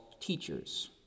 teachers